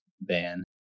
ban